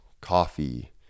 coffee